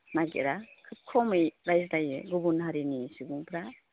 नागिरा खमै रायज्लाययो गुबुन हारिनि सुबुंफ्रा